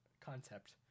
concept